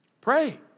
pray